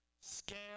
scale